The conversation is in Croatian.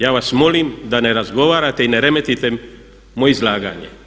Ja vas molim da ne razgovarate i ne remetite moje izlaganje.